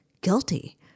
guilty